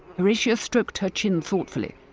horatia stroked her chin thoughtfully,